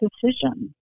decision